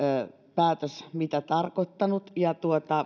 päätös mitä on tarkoittanut